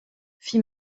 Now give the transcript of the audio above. fit